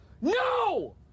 No